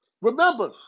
Remember